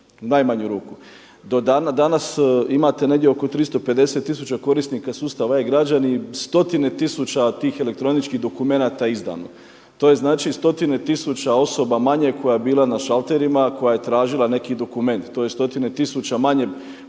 najmanju ruku. Do danas imate negdje oko 350 tisuća korisnika sustava e-Građani, stotine tisuća tih elektroničkih dokumenata je izdano. To je znači stotine tisuća osoba manje koja je bila na šalterima, koja je tražila neki dokument. To je stotina tisuća manje postupaka